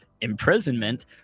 imprisonment